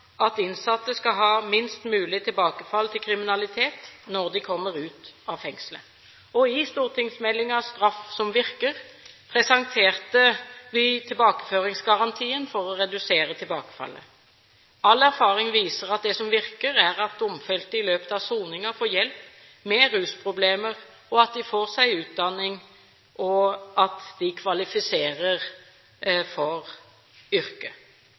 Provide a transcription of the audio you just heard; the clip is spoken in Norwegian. at innsatte skal ha minst mulig tilbakefall til kriminalitet når de kommer ut av fengslet. I stortingsmeldingen Straff som virker presenterte vi tilbakeføringsgarantien for å redusere tilbakefallet. All erfaring viser at det som virker, er at domfelte i løpet av soningen får hjelp med rusproblemer, og at de får seg utdanning og kvalifiserer for yrke. En nordisk studie fra 2010 viste at